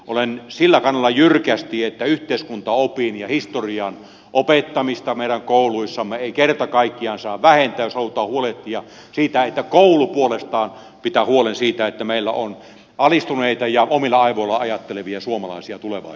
olen sillä kannalla jyrkästi että yhteiskuntaopin ja historian opettamista meidän kouluissamme ei kerta kaikkiaan saa vähentää jos halutaan huolehtia siitä että koulu puolestaan pitää huolen siitä että meillä on valistuneita ja omilla aivoillaan ajattelevia suomalaisia tulevaisuudessa